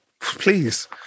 Please